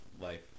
life